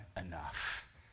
enough